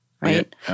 Right